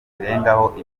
zirengaho